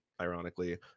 ironically